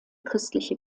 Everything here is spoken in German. christliche